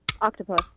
Octopus